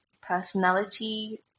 personality